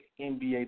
NBA